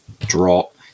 drop